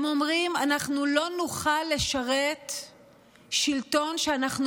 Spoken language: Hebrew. הם אומרים: אנחנו לא נוכל לשרת שלטון שאנחנו